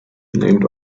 named